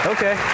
Okay